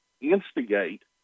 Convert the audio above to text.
instigate